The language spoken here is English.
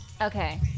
okay